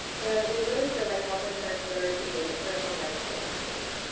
and we really feel like health insurance literacy is a critical life skill for teens.